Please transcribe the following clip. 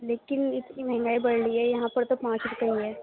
لیکن اتنی مہنگائی بڑھ رہی ہے یہاں پر تو پانچ روپے ہی ہے